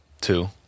Two